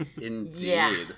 Indeed